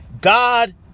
God